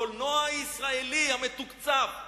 הקולנוע הישראלי המתוקצב.